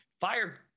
Fire